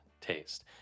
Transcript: taste